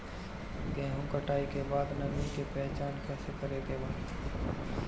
गेहूं कटाई के बाद नमी के पहचान कैसे करेके बा?